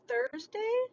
Thursday